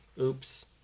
oops